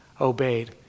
obeyed